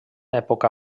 època